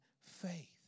faith